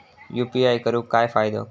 UPI करून काय फायदो?